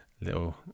little